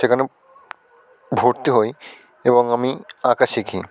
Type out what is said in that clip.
সেখানে ভর্তি হই এবং আমি আঁকা শিখি